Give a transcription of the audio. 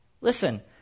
Listen